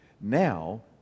Now